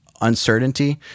uncertainty